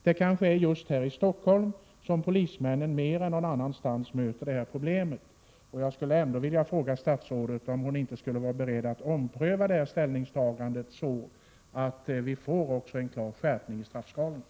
Det är kanske just här i Stockholm som polismännen mer än någon annanstans möter det här problemet. Jag vill fråga statsrådet om hon ändå inte skulle vara beredd att ompröva sitt ställningstagande så att vi får en klar skärpning av straffskalorna.